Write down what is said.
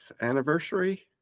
anniversary